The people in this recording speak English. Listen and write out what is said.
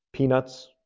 Peanuts